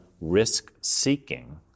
risk-seeking